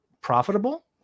profitable